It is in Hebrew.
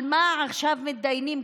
על מה עכשיו מתדיינים?